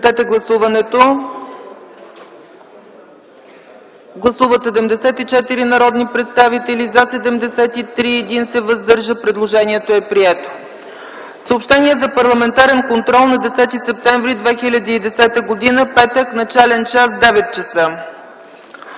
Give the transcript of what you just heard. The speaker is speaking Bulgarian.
Съобщение за парламентарния контрол на 10 септември 2010 г., петък, начален час 9,00 ч.